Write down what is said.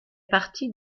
partie